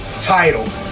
title